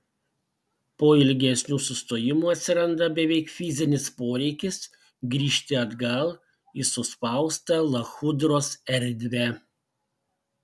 po ilgesnių sustojimų atsiranda beveik fizinis poreikis grįžti atgal į suspaustą lachudros erdvę